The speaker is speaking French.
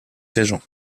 régent